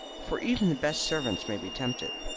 for even the best servants may be tempted.